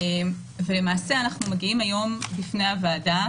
למעשה אנחנו מגיעים היום בפני הוועדה